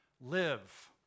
live